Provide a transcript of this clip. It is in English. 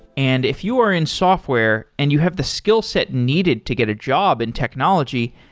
and if you are in software and you have the skillset needed to get a job in technology,